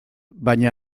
baina